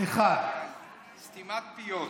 סתימת פיות.